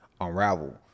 unravel